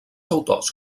autors